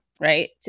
right